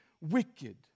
wicked